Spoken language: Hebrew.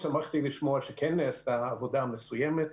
שמחתי לשמוע שנעשתה עבודה מסוימת,